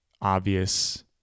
obvious